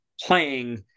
playing